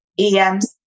EMC